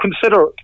consider